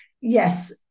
yes